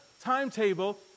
timetable